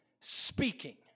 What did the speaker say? speaking